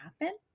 happen